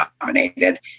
nominated